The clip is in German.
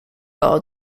bau